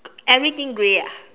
everything grey ah